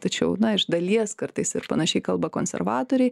tačiau na iš dalies kartais ir panašiai kalba konservatoriai